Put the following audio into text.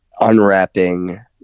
unwrapping